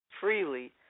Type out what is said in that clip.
freely